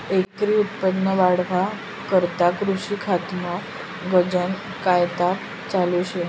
एकरी उत्पन्न वाढावा करता कृषी खातामा गनज कायपात चालू शे